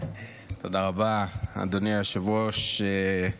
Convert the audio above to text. תודה רבה, אדוני היושב-ראש.